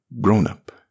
grown-up